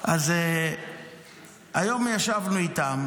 אז היום ישבנו אתם,